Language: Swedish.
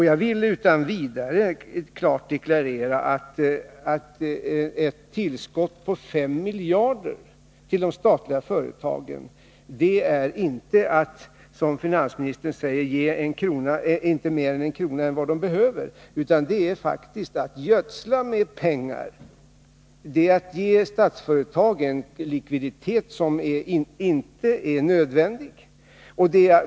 Jag vill utan vidare klart deklarera att ett tillskott på 5 miljarder kronor till de Nr 52 statliga företagen inte innebär att man, som finansministern säger, inte ger dem en krona mer än vad de behöver, utan det är faktiskt att gödsla med pengar. Det är att ge Statsföretag en likviditet som inte är nödvändig.